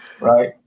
Right